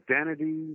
identity